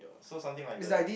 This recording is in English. so something like the